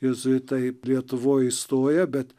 jėzuitai lietuvoj įstoja bet